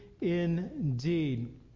indeed